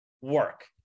work